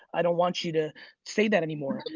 i don't want you to say that anymore.